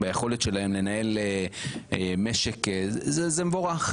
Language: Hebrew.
ביכולת שלהם לנהל משק זה מבורך,